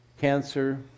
cancer